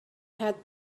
had